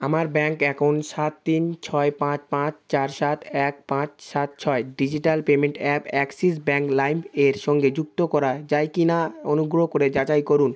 আমার bank account সাত তিন ছয় পাঁচ পাঁচ চার সাত এক পাঁচ সাত ছয় digital payment app Axis Bank Lime এর সঙ্গে যুক্ত করা যায় কি না অনুগ্রহ করে যাচাই করুন